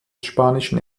spanischen